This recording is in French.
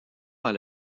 dans